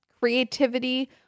creativity